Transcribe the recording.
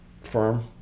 firm